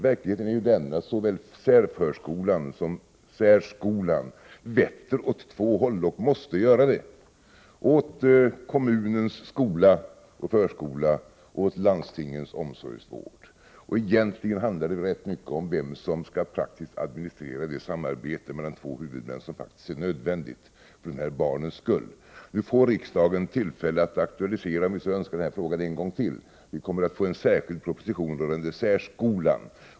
Verkligheten är att såväl särförskolan som särskolan vetter åt två håll, och måste göra det; åt kommunens skola och förskola och åt landstingens omsorgsvård. Egentligen handlar det rätt mycket om vem som praktiskt skall administrera det samarbete mellan två huvudmän som faktiskt är nödvändigt för de här barnens skull. Nu får riksdagen, om vi så önskar, tillfälle att aktualisera den här frågan en gång till. Vi kommer att få en särskild proposition rörande särskolan.